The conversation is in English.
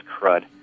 crud